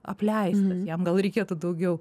apleistas jam gal reikėtų daugiau